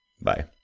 Bye